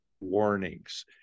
warnings